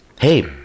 hey